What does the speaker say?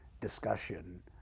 discussion